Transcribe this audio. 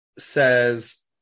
says